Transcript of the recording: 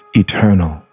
eternal